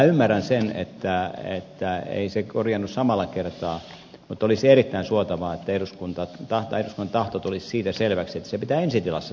ymmärrän että se ei korjaannu samalla kertaa mutta olisi erittäin suotavaa että eduskunnan tahto tulisi sikäli selväksi että sen pitää tapahtua ensi tilassa